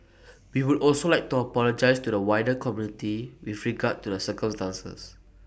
we would also like to apologise to the wider community with regard to the circumstances